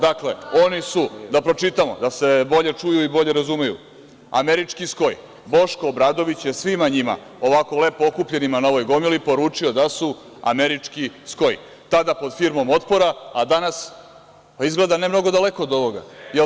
Dakle, oni su, da pročitamo, da se bolje čuju i bolje razumeju, Američki SKOJ, Boško Obradović je svima njima ovako lepo okupljenima na ovoj gomili poručio da su Američki SKOJ, tada pod firmom „Otpora“, a danas, izgleda ne mnogo daleko od ovoga.